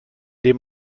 dem